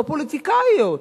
או פוליטיקאיות.